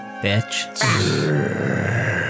Bitch